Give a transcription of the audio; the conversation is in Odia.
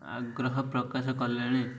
ଆଗ୍ରହ ପ୍ରକାଶ କଲେଣି